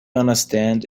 understand